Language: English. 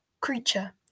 Creature